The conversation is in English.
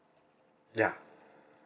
ya